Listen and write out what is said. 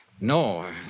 No